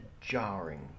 jarring